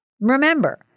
Remember